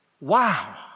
Wow